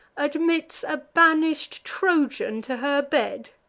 admits a banish'd trojan to her bed!